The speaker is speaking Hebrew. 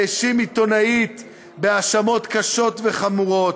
והאשים עיתונאית בהאשמות קשות וחמורות.